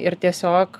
ir tiesiog